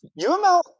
UML